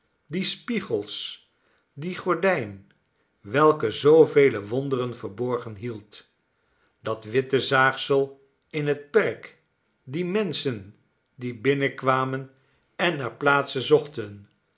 die spiegels die gordijn welke zoovele wonderen verborgen hield dat witte zaagsel in het perk die menschen die binnenkwamen en naar plaatsen zochten